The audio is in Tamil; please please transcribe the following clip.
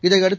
இதையடுத்து